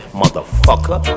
motherfucker